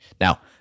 Now